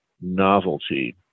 novelty